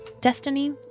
Destiny